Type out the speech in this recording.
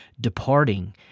departing